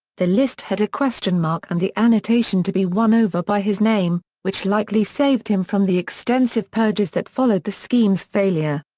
the list had a question mark and the annotation to be won over by his name, which likely saved him from the extensive purges that followed the scheme's failure.